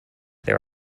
there